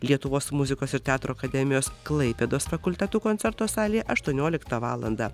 lietuvos muzikos ir teatro akademijos klaipėdos fakultetų koncerto salėje aštuonioliktą valandą